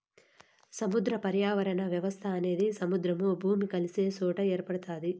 సముద్ర పర్యావరణ వ్యవస్థ అనేది సముద్రము, భూమి కలిసే సొట ఏర్పడుతాది